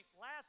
last